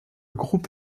groupe